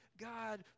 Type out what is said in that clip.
God